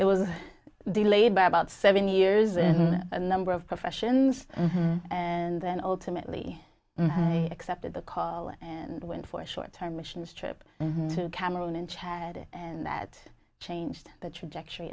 it was delayed by about seven years and a number of professions and then ultimately i accepted the call and went for short term missions trip to cameroon and chad and that changed the trajectory